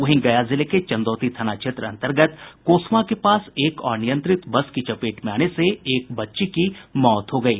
वहीं गया जिले के चंदौती थाना क्षेत्र अंतर्गत कोसमा के पास एक अनियंत्रित बस की चपेट में आने से एक बच्ची की मौत हो गयी